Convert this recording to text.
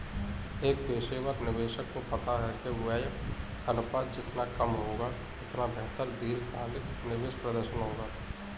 एक पेशेवर निवेशक को पता है कि व्यय अनुपात जितना कम होगा, उतना बेहतर दीर्घकालिक निवेश प्रदर्शन होगा